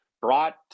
brought